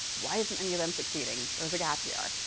why isn't any of them succeeding? there's a gap here.